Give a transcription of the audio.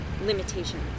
limitation